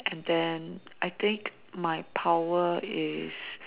and then I think my power is